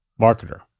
marketer